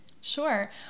Sure